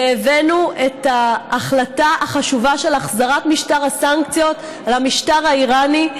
והבאנו את ההחלטה החשובה של החזרת משטר הסנקציות על המשטר האיראני,